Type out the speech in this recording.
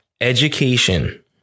education